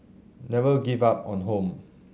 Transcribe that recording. never give up on home